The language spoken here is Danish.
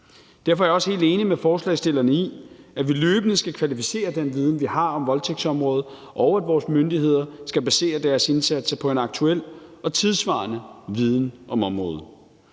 Derfor er jeg også helt enig med forslagsstillerne i, at vi løbende skal kvalificere den viden, vi har om voldtægtsområdet, og at vores myndigheder skal basere deres indsatser på en aktuel og tidssvarende viden om området.